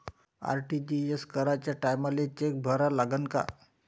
RTGS कराच्या टायमाले cheque भरा लागन का?